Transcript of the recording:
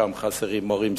שם חסרים מורים,